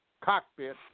cockpit